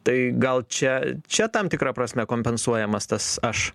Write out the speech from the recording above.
tai gal čia čia tam tikra prasme kompensuojamas tas aš